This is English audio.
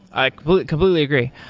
i completely agree.